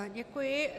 Děkuji.